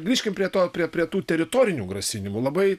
grįžkim prie to prie tų teritorinių grasinimų labai